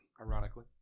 Ironically